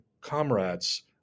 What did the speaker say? comrades